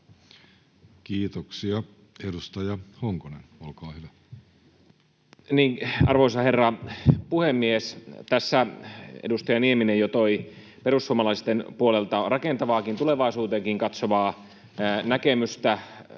Kiitoksia. — Edustaja Honkonen, olkaa hyvä. Arvoisa herra puhemies! Tässä edustaja Nieminen jo toi perussuomalaisten puolelta rakentavaakin, tulevaisuuteen katsovaa näkemystä.